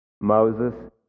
Moses